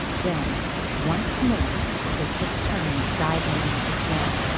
then once more they took turns diving into the snow.